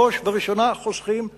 בראש ובראשונה, חוסכים מים.